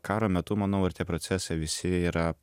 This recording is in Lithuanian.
karo metu manau ir tie procesai visi yra